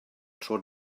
tro